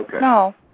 No